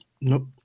Nope